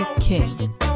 King